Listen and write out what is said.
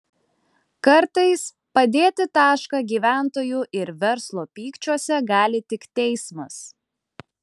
kartais padėti tašką gyventojų ir verslo pykčiuose gali tik teismas